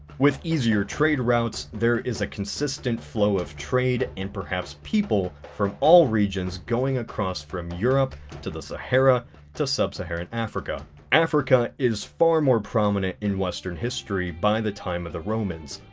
with easier trade routes there is a consistent flow of trade and perhaps people from all regions going across from europe to the sahara to sub-saharan africa africa is far more prominent in western history by the time of the romans,